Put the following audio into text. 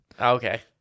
okay